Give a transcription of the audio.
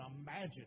imagine